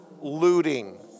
looting